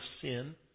sin